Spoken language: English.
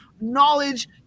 knowledge